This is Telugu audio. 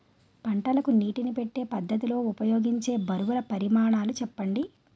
పంటలకు నీటినీ పెట్టే పద్ధతి లో ఉపయోగించే బరువుల పరిమాణాలు చెప్పండి?